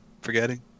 forgetting